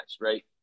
right